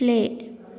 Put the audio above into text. play